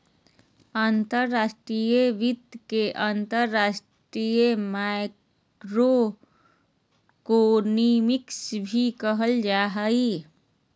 अंतर्राष्ट्रीय वित्त के अंतर्राष्ट्रीय माइक्रोइकोनॉमिक्स भी कहल जा हय